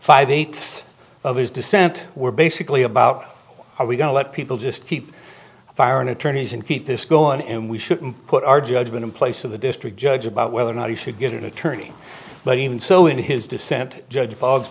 five eighths of his dissent were basically about are we going to let people just keep firing attorneys and keep this go on and we shouldn't put our judgment in place of the district judge about whether or not he should get an attorney but even so in his dissent judge b